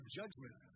judgment